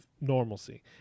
normalcy